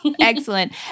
Excellent